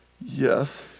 Yes